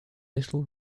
little